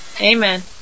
Amen